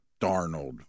Darnold